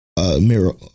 Mirror